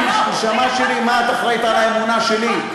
נשמה שלי, מה, את אחראית לאמונה שלי?